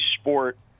sport